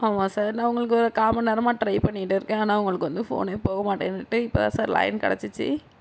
ஆமாம் சார் நான் உங்களுக்கு கால்மணி நேரமாக டிரை பண்ணிக்கிட்டே இருக்கேன் ஆனால் உங்களுக்கு வந்து ஃபோனே போக மாட்டேனுட்டு இப்போ தான் சார் லைன் கிடச்சிச்சி